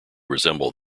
resemble